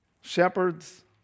Shepherds